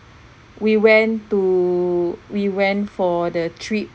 we went to we went for the trip